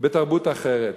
בתרבות אחרת.